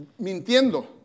Mintiendo